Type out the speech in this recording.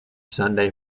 sunday